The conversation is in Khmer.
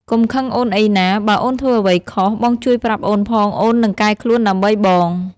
កុំខឹងអូនអីណា បើអូនធ្វើអ្វីខុស បងជួយប្រាប់អូនផង អូននឹងកែខ្លួនដើម្បីបង។